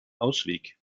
ausweg